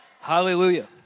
Hallelujah